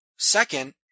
Second